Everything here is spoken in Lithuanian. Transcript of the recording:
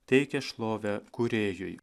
teikia šlovę kūrėjui